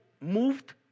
moved